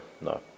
no